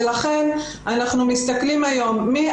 ולכן אנחנו מסתכלים היום,